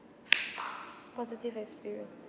positive experience